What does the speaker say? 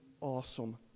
awesome